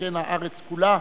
שכן הארץ כולה,